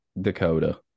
Dakota